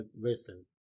listen